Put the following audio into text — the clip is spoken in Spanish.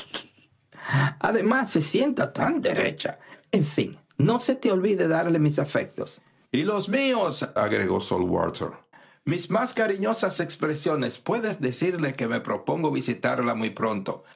además se sienta tan derecha en fin no se te olvide darle mis afectos y los míosagregó sir walter mis más cariñosas expresiones puedes decirle que me propongo visitarme muy pronto